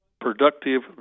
productive